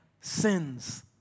sins